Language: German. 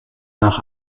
nach